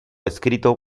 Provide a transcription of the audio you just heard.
escrito